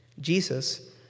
Jesus